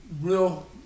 real